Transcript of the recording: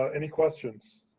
ah any questions?